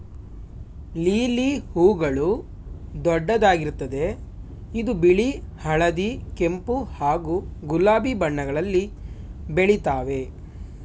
lily ಹೂಗಳು ದೊಡ್ಡದಾಗಿರ್ತದೆ ಇದು ಬಿಳಿ ಹಳದಿ ಕೆಂಪು ಹಾಗೂ ಗುಲಾಬಿ ಬಣ್ಣಗಳಲ್ಲಿ ಬೆಳಿತಾವೆ